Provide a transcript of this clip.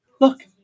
look